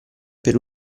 per